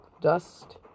dust